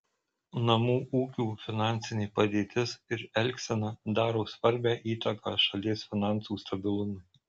namų ūkių finansinė padėtis ir elgsena daro svarbią įtaką šalies finansų stabilumui